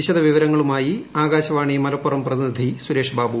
വിശദവിവരങ്ങളുമായി ആകാശവാണി മലപ്പുറം പ്രതിനിധി സുരേഷ് ബാബു